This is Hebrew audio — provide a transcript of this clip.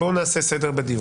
בואו נעשה סדר בדיון.